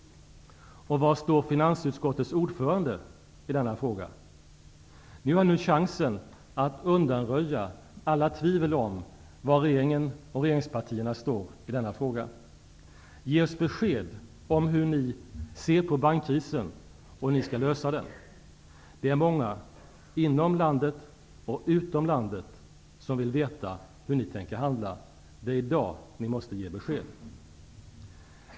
Och var står finansutskottets ordförande i denna fråga? Ni har nu chansen att undanröja alla tvivel om var regeringen och regeringspartierna står. Ge oss besked om hur ni ser på bankkrisen och hur ni skall lösa den! Det är många inom och utom landet som vill veta hur ni tänker handla. Det är i dag ni måste ge besked.